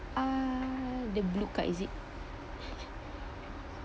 uh the blue card is it